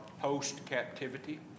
post-captivity